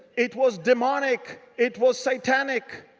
it was demonic. it was satanic.